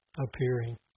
appearing